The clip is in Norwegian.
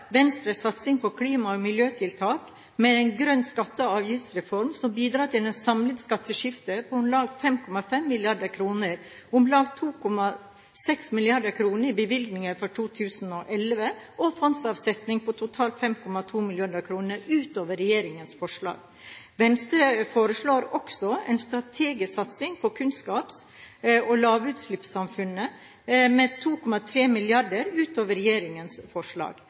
Venstres satsing på klima- og miljøtiltak – med en grønn skatte- og avgiftsreform som bidrar til et samlet skatteskifte på om lag 5,5 mrd. kr – med om lag 2,6 mrd. kr i bevilgninger for 2011 og fondsavsetning på totalt 5,2 mrd. kr utover regjeringens forslag. Venstre foreslår også en strategisk satsing på kunnskaps- og lavutslippssamfunnet med 2,3 mrd. kr utover regjeringens forslag.